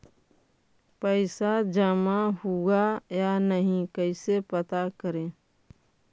पैसा जमा हुआ या नही कैसे पता करे?